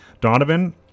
Donovan